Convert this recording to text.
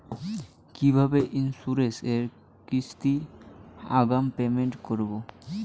কিভাবে ইন্সুরেন্স এর কিস্তি আগাম পেমেন্ট করবো?